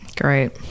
Great